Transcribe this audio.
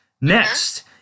Next